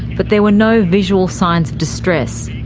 but there were no visual sign of distress.